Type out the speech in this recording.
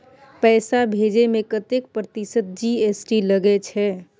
पैसा भेजै में कतेक प्रतिसत जी.एस.टी लगे छै?